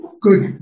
good